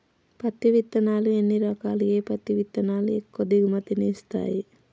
పత్తి విత్తనాలు ఎన్ని రకాలు, ఏ పత్తి విత్తనాలు ఎక్కువ దిగుమతి ని ఇస్తాయి?